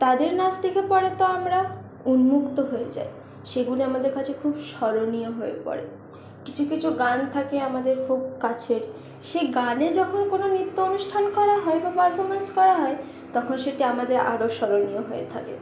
তাদের নাচ দেখে পরে তো আমরা উন্মুক্ত হয়ে যাই সেগুলি আমাদের কাছে খুব স্মরণীয় হয়ে পড়ে কিছু কিছু গান থাকে আমাদের খুব কাছের সেই গানে যখন কোনও নৃত্য অনুষ্ঠান করা হয় বা পারফর্মেন্স করা হয় তখন সেটি আমাদের আরও স্মরণীয় হয়ে থাকে